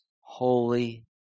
holy